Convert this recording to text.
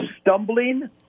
stumbling